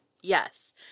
Yes